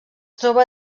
troba